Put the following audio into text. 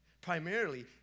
primarily